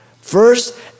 First